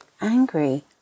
angry